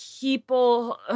people